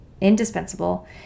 indispensable